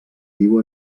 viu